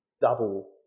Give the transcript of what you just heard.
double